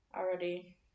Already